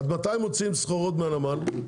עד מתי מוציאים סחורות מהנמל?